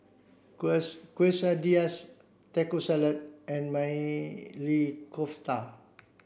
Quesadillas Taco Salad and Maili Kofta